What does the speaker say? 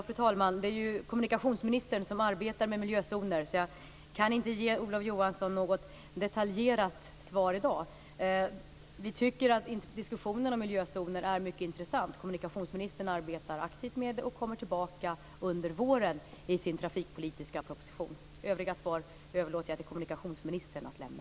Fru talman! Det är kommunikationsministern som arbetar med miljözoner, så jag kan inte ge Olof Johansson något detaljerat svar i dag. Vi tycker att diskussionen om miljözoner är mycket intressant. Kommunikationsministern arbetar aktivt med det och kommer tillbaka under våren i sin trafikpolitiska proposition. Övriga svar överlåter jag till kommunikationsministern att lämna.